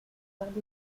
parlait